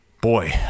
Boy